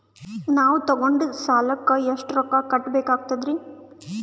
ನಾವು ತೊಗೊಂಡ ಸಾಲಕ್ಕ ಎಷ್ಟು ರೊಕ್ಕ ಕಟ್ಟಬೇಕಾಗ್ತದ್ರೀ?